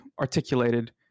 articulated